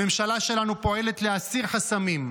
הממשלה שלנו פועלת להסיר חסמים,